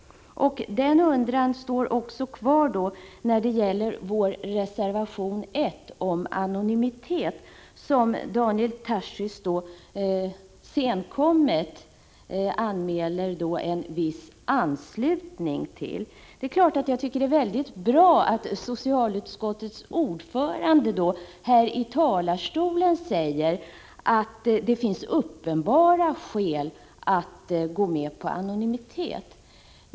Den undran kvarstår också när det gäller vår reservation 1 om anonymitet, som Daniel Tarschys senkommet anmäler en viss anslutning till. Det är klart att jag tycker att det är väldigt bra att socialutskottets ordförande här i talarstolen säger att det finns uppenbara skäl att gå med på anonymitet.